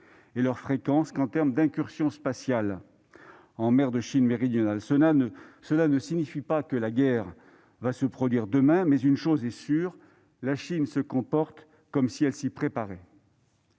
manoeuvres qu'en termes d'incursion spatiale en mer de Chine méridionale. Cela ne signifie pas que la guerre sera déclenchée demain, mais une chose est sûre : la Chine se comporte comme si elle s'y préparait.